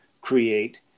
create